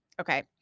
Okay